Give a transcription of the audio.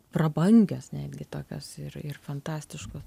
prabangios netgi tokios ir ir fantastiškos